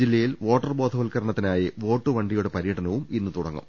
ജില്ലയിൽ വോട്ടർ ബോധവൽക്കരണത്തിനായി വോട്ട് വണ്ടിയുടെ പരൃടനം ഇന്ന് തുട ങ്ങും